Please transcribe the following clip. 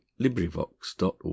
LibriVox.org